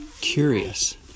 curious